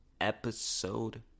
episode